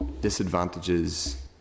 disadvantages